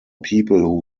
people